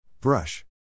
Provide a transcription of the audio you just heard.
Brush